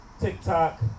TikTok